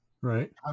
right